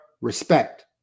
respect